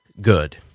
Good